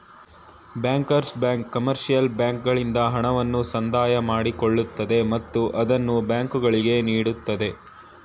bankers bank commercial ಬ್ಯಾಂಕ್ಗಳಿಂದ ಹಣವನ್ನು ಸಂದಾಯ ಮಾಡಿಕೊಳ್ಳುತ್ತದೆ ಮತ್ತು ಅದನ್ನು ಬ್ಯಾಂಕುಗಳಿಗೆ ನೀಡುತ್ತದೆ